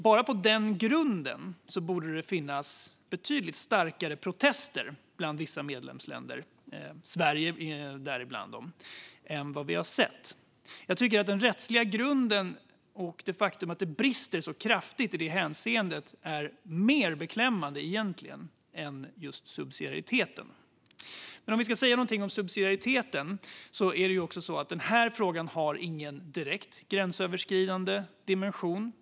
Bara på den grunden borde det finnas betydligt starkare protester bland vissa medlemsländer - Sverige är bland dem - än vad vi har sett. Den rättsliga grunden och det faktum att det brister så kraftigt i det hänseendet är egentligen mer beklämmande än just subsidiariteten. Om vi ska säga något om subsidiariteten har den här frågan ingen direkt gränsöverskridande dimension.